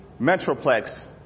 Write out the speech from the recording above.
metroplex